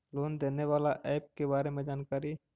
Loan देने बाला app के बारे मे जानकारी?